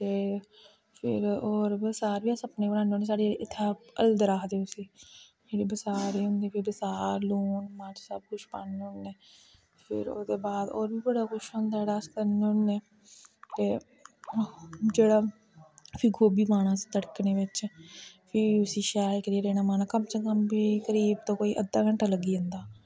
ते होर बसार बी अस अपनी बनान्ने होन्ने साढ़ै इत्थें हल्दर आखदे उसी जेह्ड़ी बसार होंदी फिर बसार लून मर्च सब किश पान्ने होन्ने फिर ओह्दे बाद होर बी बड़ा किश होंदा जेह्ड़ा अस करने होन्ने ते जेह्ड़ा फ्ही गोभी पाना तड़कने बिच्च फ्ही उसी शैल करियै रेड़ मारना कम से कम बी करीब कोई अद्धा घैंटा लग्गी जंदा